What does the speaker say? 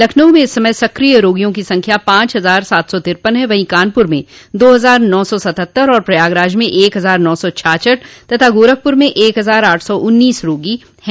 लखनऊ में इस समय सक्रिय रोगियों की संख्या पांच हजार सात सौ तिरपन है वहीं कानपूर में दो हजार नौ सौ सतहत्तर और प्रयागराज में एक हजार नौ सौ छाछठ तथा गोरखपुर में एक हजार आठ सौ उन्नीस रोगी हैं